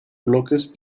bloques